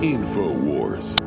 InfoWars